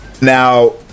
Now